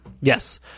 Yes